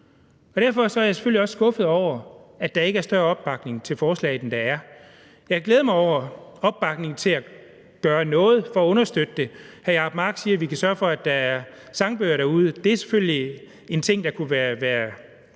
Derfor er jeg selvfølgelig også skuffet over, at der ikke er større opbakning til forslaget, end der er. Jeg glæder mig over, at der er opbakning til at gøre noget for at understøtte det. Hr. Jacob Mark siger, at vi kan sørge for, at der er sangbøger derude, og det er selvfølgelig en ting, der kunne være